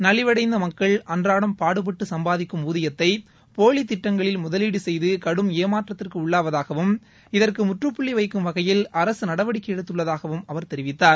நலிவடைந்த மக்கள் அன்றாடம் பாடுபட்டு சும்பாதிக்கும் ஊதியத்தை போலி திட்டங்களில் முதலீடு செய்து கடும் ஏமாற்றத்திற்கு உள்ளாவதாகவும் இதற்கு முற்றப்புள்ளி வைக்கும் வகையில் அரசு நடவடிக்கை எடுத்துள்ளதாகவும் அவர் தெரிவித்தார்